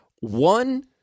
one